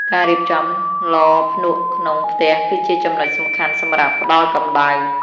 ការរៀបចំឡភ្នក់ក្នុងផ្ទះគឺជាចំណុចសំខាន់សម្រាប់ផ្ដល់កម្ដៅ។